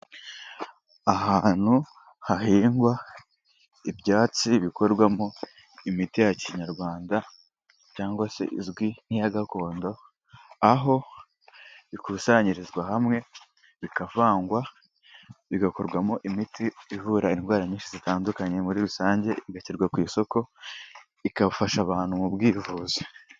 Ahantu hahingwa ibyatsi bikorwamo imiti ya kinyarwanda cyangwa se izwi nk'iya gakondo, aho bikusanyirizwa hamwe bikavangwa bigakorwamo imiti ivura indwara nyinshi zitandukanye muri rusange, igashyirwa ku isoko igafasha abantu mu bwivuzi